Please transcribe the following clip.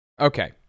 Okay